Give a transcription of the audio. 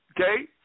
okay